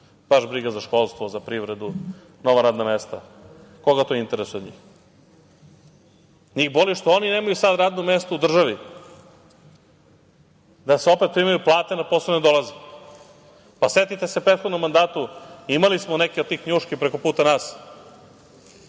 baš briga za školstvo, za privredu, nova radna mesta. Koga to interesuje od njih? Njih boli što oni nemaju sad radno mesto u državi, da se opet primaju plate, a na posao ne dolaze. Setite se u prethodnom mandatu, imali smo neke od tih njuški prekoputa nas,